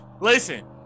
listen